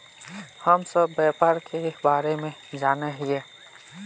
हम सब व्यापार के बारे जाने हिये?